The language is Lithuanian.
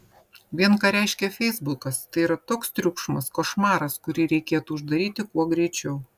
vien ką reiškia feisbukas tai yra toks triukšmas košmaras kurį reikėtų uždaryti kuo greičiau